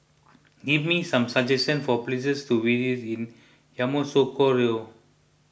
give me some suggestions for places to visit in Yamoussoukro